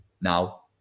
now